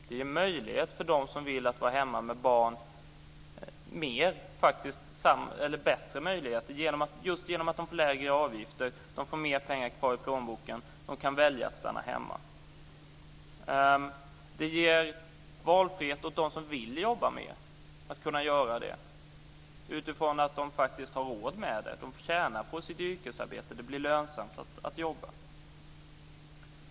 Den ger bättre möjligheter för dem som vill vara hemma med barn just genom de lägre avgifterna och att det blir mer pengar kvar i plånboken. Maxtaxa ger valfrihet åt dem som vill jobba mer att göra det, utifrån att de faktiskt har råd med det. De tjänar på sitt yrkesarbete, dvs. det blir lönsamt att jobba.